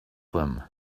them